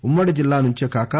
ఉమ్మడి జిల్లా నుంచే కాక